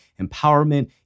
empowerment